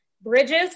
bridges